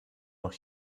noch